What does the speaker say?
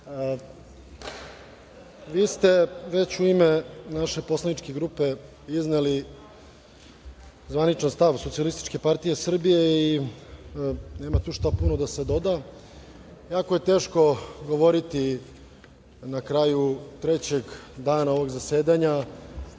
ste već u ime naše poslaničke grupe izneli zvaničan stav SSP, i nema tu šta puno da se doda. Jako je teško govoriti na kraju trećeg dana ovog zasedanja.